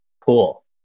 Cool